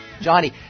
Johnny